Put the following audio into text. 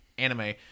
anime